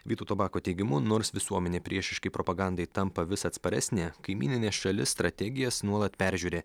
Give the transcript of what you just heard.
vytauto bako teigimu nors visuomenė priešiškai propagandai tampa vis atsparesnė kaimyninė šalis strategijas nuolat peržiūri